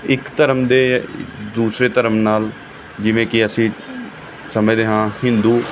ਇੱਕ ਧਰਮ ਦੇ ਦੂਸਰੇ ਧਰਮ ਨਾਲ ਜਿਵੇਂ ਕਿ ਅਸੀਂ ਸਮਝਦੇ ਹਾਂ ਹਿੰਦੂ